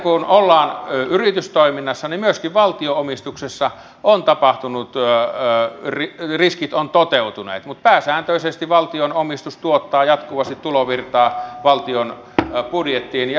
kun ollaan yritystoiminnassa niin myöskin valtion omistuksessa on tapahtunut työ on pyritty riskit ovat toteutuneet mutta pääsääntöisesti valtion omistus tuottaa jatkuvasti tulovirtaa valtion budjettiin ja se tulee jatkumaan